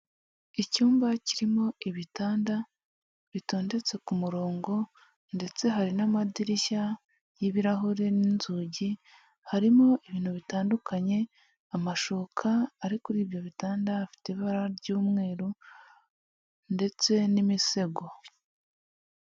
Icyumba kirimo ibitanda bitondetse ku murongo ndetse hari n'amadirishya y'ibirahure n'inzugi, harimo ibintu bitandukanye, amashoka ari kuri ibyo bitanda afite ibara ry'umweru ndetse n'imisego.